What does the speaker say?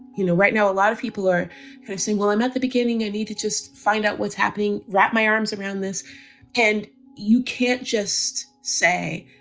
you know, right now, a lot of people are and saying, well, i'm at the beginning. i need to just find out what's happening, that my arms around this and you can't just say,